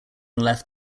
left